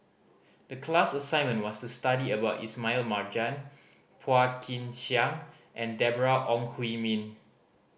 the class assignment was to study about Ismail Marjan Phua Kin Siang and Deborah Ong Hui Min